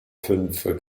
fünfe